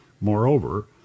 Moreover